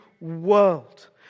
world